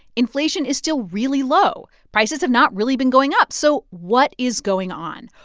inflation is still really low. prices have not really been going up. so what is going on?